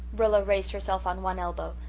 rilla raised herself on one elbow,